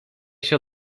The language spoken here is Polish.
się